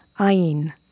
Ain